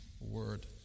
Word